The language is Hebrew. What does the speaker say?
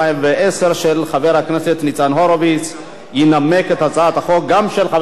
של חברי הכנסת ניצן הורוביץ ואילן גילאון.